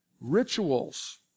Rituals